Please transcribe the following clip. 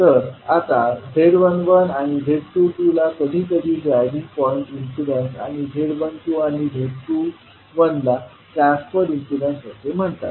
तर आता z11आणि z22ला कधी कधी ड्रायव्हिंग पॉईंट इम्पीडन्स आणि z12आणि z21ला ट्रान्सफर इम्पीडन्स असे म्हणतात